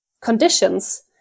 conditions